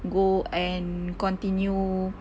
go and continue